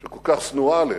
שכל כך שנואה עליהם,